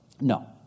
No